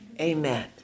Amen